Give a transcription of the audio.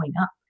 up